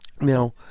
Now